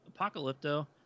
Apocalypto